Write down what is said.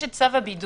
יש את צו הבידוד,